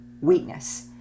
weakness